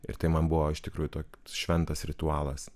ir tai man buvo iš tikrųjų toks šventas ritualas